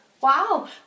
Wow